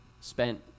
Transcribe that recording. spent